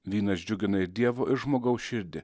vynas džiugina ir dievo ir žmogaus širdį